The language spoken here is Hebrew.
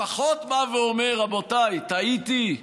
לפחות בא ואומר: רבותיי, טעיתי,